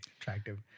attractive